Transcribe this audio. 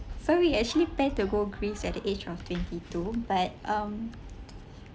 so we actually plan to go greece at the age of twenty two but um